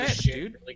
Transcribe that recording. dude